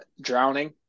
drowning